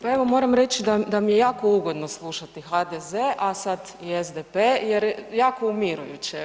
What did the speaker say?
Pa evo moram reći da mi je jako ugodno slušati HDZ, a sad i SDP jer jako je umirujuće.